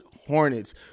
Hornets